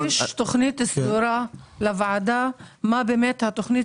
צריך להגיש תכנית סדורה לוועדה מה התכנית